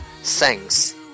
thanks